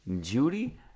Judy